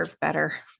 better